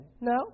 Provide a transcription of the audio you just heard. No